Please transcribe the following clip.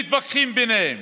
מתווכחים ביניהם.